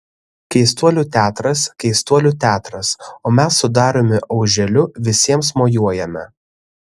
keistuolių teatras keistuolių teatras o mes su dariumi auželiu visiems mojuojame